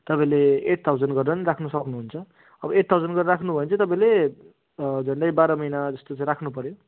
तपाईँले eight thousand गरेर पनि राख्न सक्नुहुन्छ अब एट थाउजन्ड गरेर चाहिँ राख्नुभयो भने चाहिँ तपाईँले झन्डै बाह्र महिना जस्तो चाहिँ राख्नुपर्यो